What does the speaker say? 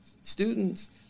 students